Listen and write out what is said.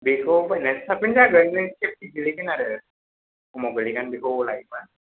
बेखौ बायनाया साबसिन जागोन नों सेफथि गोलैगोन आरो खमाव गोलैगोन बेखौ लायोबा